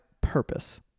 purpose